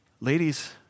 Ladies